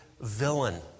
villain